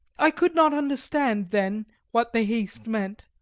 i could not understand then what the haste meant,